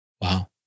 Wow